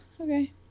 okay